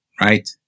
right